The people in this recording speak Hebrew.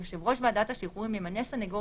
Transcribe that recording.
יושב ראש ועדת השחרורים ימנה סנגור